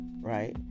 right